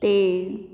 ਅਤੇ